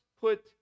put